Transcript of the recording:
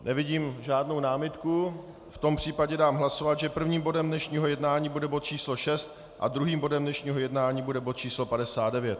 Nevidím žádnou námitku, v tom případě dám hlasovat, že prvním bodem dnešního jednání bude bod číslo 6 a druhým bodem dnešního jednání bude bod číslo 59.